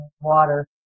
water